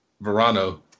Verano